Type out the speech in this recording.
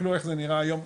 תסתכלו איך זה נראה היום.